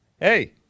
Hey